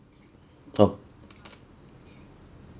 talk